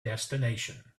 destination